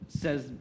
says